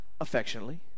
Affectionately